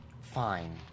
Fine